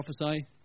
prophesy